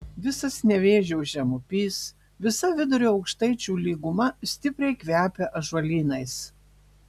visas nevėžio žemupys visa vidurio aukštaičių lyguma stipriai kvepia ąžuolynais